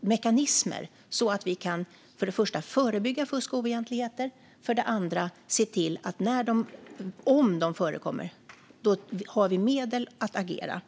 mekanismer så att vi för det första kan förebygga fusk och oegentligheter, för det andra kan se till att vi om detta förekommer har medel att agera.